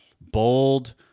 bold